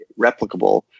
replicable